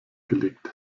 gelegt